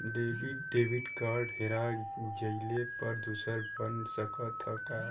Debit card हेरा जइले पर दूसर बन सकत ह का?